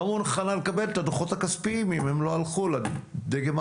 מוכנה לקבל את הדוחות הכספיים אם הם לא הלכו לדגם החדש.